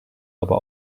aber